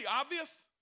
obvious